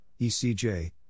ECJ